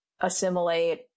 assimilate